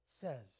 says